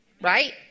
Right